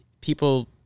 people